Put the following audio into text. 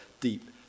deep